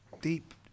deep